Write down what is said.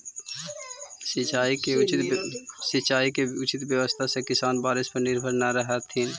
सिंचाई के उचित व्यवस्था से किसान बारिश पर निर्भर न रहतथिन